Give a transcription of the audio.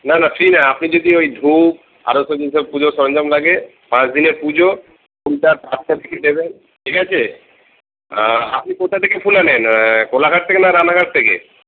না না ঠিক আছে আপনি যদি ওই ধুপ আরও সব কীসব পুজোর সরঞ্জাম লাগে পাঁচদিনে পুজো দেবেন ঠিক আছে আপনি কোথা থেকে ফুল আনেন কোলাঘাট থেকে না রানাঘাট থেকে